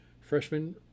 freshman